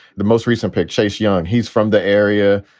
the most recent pick, chase young, he's from the area,